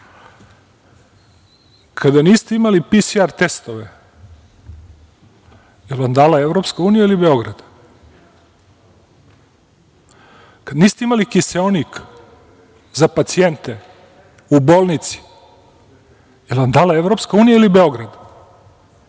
Kada niste imali PSR testove, da li vam ih je dala EU ili Beograd? Kada niste imali kiseonik za pacijente u bolnici, da li vam je dala EU ili Beograd?